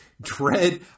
Dread